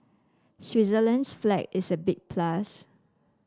Switzerland's flag is a big plus